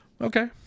Okay